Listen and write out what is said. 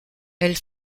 elle